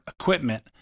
equipment